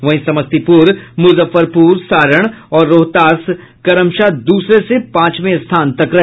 वहीं समस्तीपुर मुजफ्फरपुर सारण और रोहतास कमशः दूसरे से पांचवें स्थान तक रहे